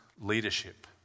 leadership